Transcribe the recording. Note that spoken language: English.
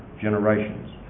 generations